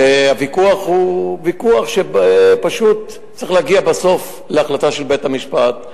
והוויכוח הוא ויכוח שפשוט צריך להגיע בסוף להחלטה של בית-המשפט.